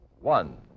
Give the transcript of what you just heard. One